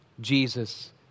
Jesus